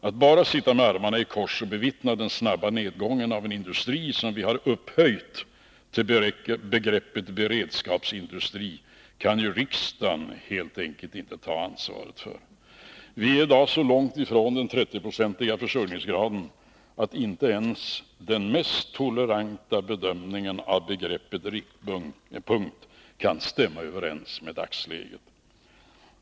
Att man bara sitter med armarna i kors och bevittnar den snabba nedgången i en industri som vi har upphöjt till begreppet beredskapsindustri kan inte riksdagen ta ansvaret för. Vi är i dag så långt från den 30-procentiga försörjningsgraden att inte ens den mest toleranta bedömning av begreppet riktpunkt kan stämma överens med dagsläget.